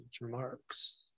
remarks